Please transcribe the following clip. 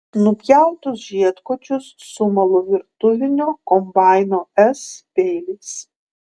nupjautus žiedkočius sumalu virtuvinio kombaino s peiliais